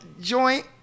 joint